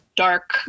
dark